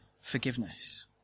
forgiveness